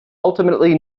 ultimately